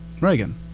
Reagan